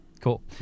Cool